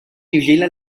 vigila